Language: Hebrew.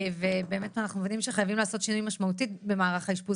כולנו מבינים את הצורך בחשיבות ובעידוד קיום מערך האשפוז